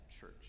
church